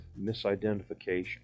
misidentification